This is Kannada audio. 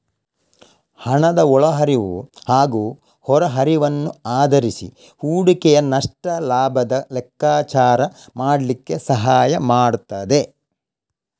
ಹಣದ ಒಳ ಹರಿವು ಹಾಗೂ ಹೊರ ಹರಿವನ್ನು ಆಧರಿಸಿ ಹೂಡಿಕೆಯ ನಷ್ಟ ಲಾಭದ ಲೆಕ್ಕಾಚಾರ ಮಾಡ್ಲಿಕ್ಕೆ ಸಹಾಯ ಮಾಡ್ತದೆ